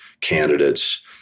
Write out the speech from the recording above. candidates